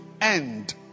end